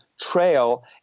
trail